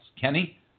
Kenny